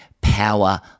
power